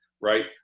Right